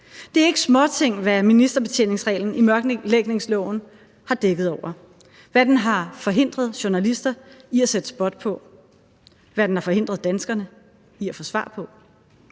Det er ikke småting, ministerbetjeningsreglen i mørklægningsloven har dækket over, hvad den har forhindret journalister i at sætte spot på, hvad den har forhindret danskerne i at få svar på.